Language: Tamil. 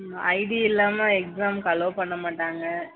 ம் ஐடி இல்லாமல் எக்ஸாமுக்கு அலோவ் பண்ண மாட்டாங்க